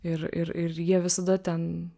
ir ir ir jie visada ten